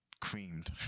creamed